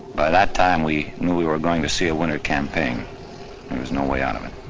by that time, we knew we were going to see a winter campaign. there was no way out of it.